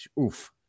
oof